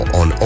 on